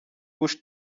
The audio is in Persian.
گوش